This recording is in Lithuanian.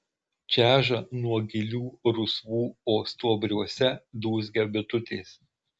čeža nuo gilių rusvų o stuobriuose dūzgia bitutės